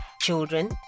children